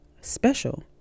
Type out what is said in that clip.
special